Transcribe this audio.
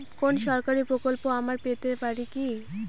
কোন সরকারি প্রকল্প আমরা পেতে পারি কি?